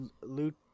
loot